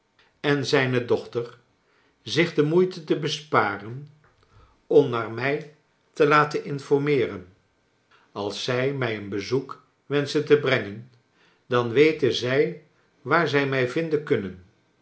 en zijne dochter zich de moeite te besparea om naar mij te laten informeeren als zij mij een bezoek wens ch en he brengen dan weten zij waar zij mij vinden kunnen